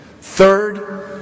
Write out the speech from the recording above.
Third